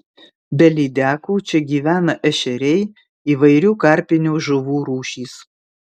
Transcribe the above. be lydekų čia gyvena ešeriai įvairių karpinių žuvų rūšys